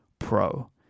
Pro